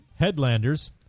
Headlanders